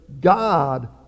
God